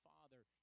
father